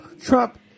trump